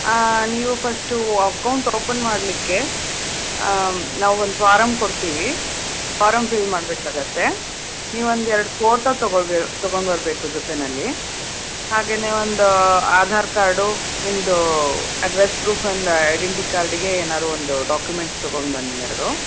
ನೀವು first account open ಮಾಡಲಿಕ್ಕೆ ನಾವೊಂದು ಫಾರಮ್ ಕೊಡ್ತೀವಿ ಫಾರಮ್ ಫಿಲ್ ಮಾಡಬೇಕಾಗತ್ತೆ ನೀವೊಂದೆರಡು ಫೋಟೋ ತಗೊಳ್ಬೇ ತೊಗೊಂಡು ಬರಬೇಕು ಜೊತೆಯಲ್ಲಿ ಹಾಗೆಯೇ ಒಂದು ಆಧಾರ್ ಕಾರ್ಡು ನಿಮ್ಮದು ಅಡ್ರೆಸ್ ಪ್ರೂಫ್ ಎಂಡ ಐಡೆಂಟಿ ಕಾರ್ಡಿಗೆ ಏನಾದರೂ ಒಂದು ಡಾಕ್ಯುಮೆಂಟ್ಸ್ ತೊಗೊಂಡು ಬನ್ನಿ ಎರಡು